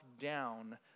down